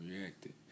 reacted